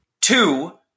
Two